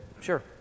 Sure